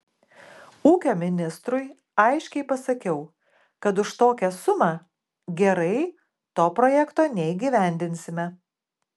ūkio ministrui aiškiai pasakiau kad už tokią sumą gerai to projekto neįgyvendinsime